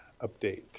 update